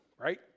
Right